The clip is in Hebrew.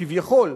כביכול,